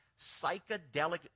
psychedelic